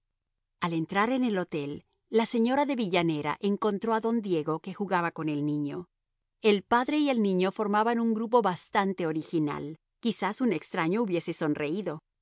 al entrar en el hotel la señora de villanera encontró a don diego que jugaba con el niño el padre y el hijo formaban un grupo bastante original quizás un extraño hubiese sonreído